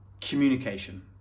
communication